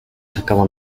czekała